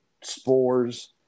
Spores